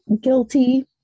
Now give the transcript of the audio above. guilty